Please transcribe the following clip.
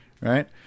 right